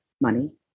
money